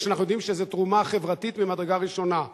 אנחנו יודעים שזו תרומה חברתית ממדרגה ראשונה.